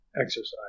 exercise